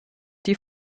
die